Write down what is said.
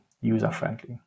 user-friendly